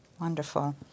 Wonderful